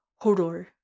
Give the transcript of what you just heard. Hodor